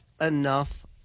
enough